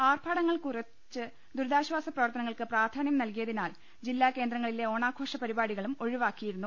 ആർഭാടങ്ങൾ കുറച്ച് ദുരിതാശ്വാസ പ്രിവർത്തനങ്ങൾക്ക് പ്രധാന്യം നൽകിയതിനാൽ ജില്ലാ കേന്ദ്രങ്ങ്ളില്പെ ഓണാഘോഷ പരിപാടികളും ഒഴിവാക്കിയിരുന്നു